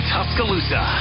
Tuscaloosa